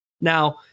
Now